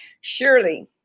Surely